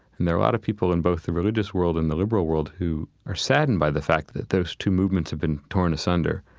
and there are a lot of people in both the religious world and the liberal world who are saddened by the fact that those two movements have been torn asunder.